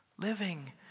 Living